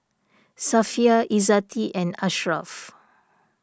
Safiya Lzzati and Ashraf